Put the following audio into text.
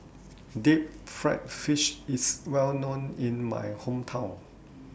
Deep Fried Fish IS Well known in My Hometown